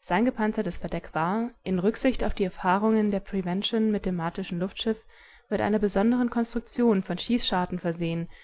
sein gepanzertes verdeck war in rücksicht auf die erfahrungen der prevention mit dem martischen luftschiff mit einer besonderen konstruktion von schießscharten versehen